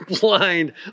blind